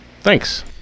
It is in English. Thanks